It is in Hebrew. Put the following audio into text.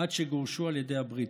עד שגורשו על ידי הבריטים.